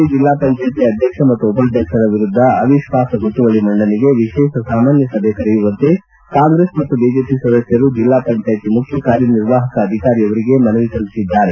ಬಳ್ಳಾರಿ ಜಿಲ್ಲಾ ಪಂಚಾಯಿತಿ ಅಧ್ಯಕ್ಷ ಮತ್ತು ಉಪಾಧ್ಯಕ್ಷರ ವಿರುದ್ದ ಅವಿಶ್ವಾಸ ಗೊತ್ತುವಳಿ ಮಂಡನೆಗೆ ವಿಶೇಷ ಸಾಮಾನ್ಯ ಸಭೆ ಕರೆಯುವಂತೆ ಕಾಂಗ್ರೆಸ್ ಮತ್ತು ಬಿಜೆಪಿ ಸದಸ್ಥರು ಜಿಲ್ಲಾ ಪಂಚಾಯಿತಿ ಮುಖ್ಯ ಕಾರ್ಯನಿರ್ವಾಹಕ ಅಧಿಕಾರಿಯವರಿಗೆ ಮನವಿ ಸಲ್ಲಿಸಿದ್ದಾರೆ